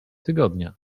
tygodnia